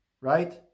Right